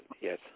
yes